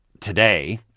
today